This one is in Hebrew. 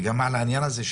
וגם העניין הזה,